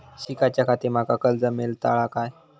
शिकाच्याखाती माका कर्ज मेलतळा काय?